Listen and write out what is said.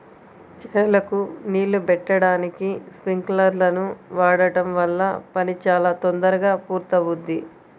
చేలకు నీళ్ళు బెట్టడానికి స్పింకర్లను వాడడం వల్ల పని చాలా తొందరగా పూర్తవుద్ది